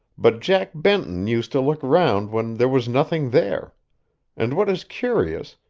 but jack benton used to look round when there was nothing there and what is curious,